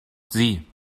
sie